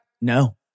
No